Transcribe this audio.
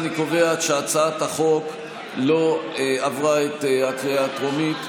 אני קובע שהצעת החוק לא עברה בקריאה הטרומית,